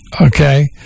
okay